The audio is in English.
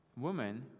woman